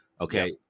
okay